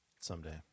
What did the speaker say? someday